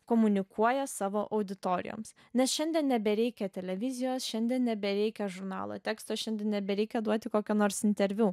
komunikuoja savo auditorijoms nes šiandien nebereikia televizijos šiandien nebereikia žurnalo teksto šiandien nebereikia duoti kokio nors interviu